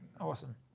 Awesome